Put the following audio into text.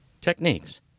techniques